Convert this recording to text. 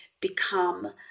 become